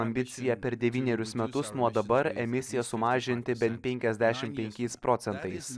ambicija per devynerius metus nuo dabar emisiją sumažinti bent penkiasdešim penkiais procentais